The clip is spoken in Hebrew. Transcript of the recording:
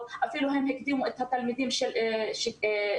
והם אפילו הקדימו את התלמידים בכיתתם.